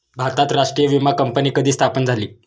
भारतात राष्ट्रीय विमा कंपनी कधी स्थापन झाली?